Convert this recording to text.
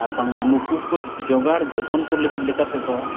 ᱟᱨᱵᱟᱝᱢᱟ ᱱᱩᱠᱩ ᱠᱚ ᱡᱚᱜᱟᱲ ᱡᱚᱛᱚᱱ ᱠᱚ ᱞᱟᱹᱜᱤᱫ ᱞᱮᱠᱟᱛᱮᱫᱚ